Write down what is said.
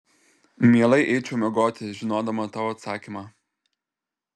mielai eičiau miegoti žinodama tavo atsakymą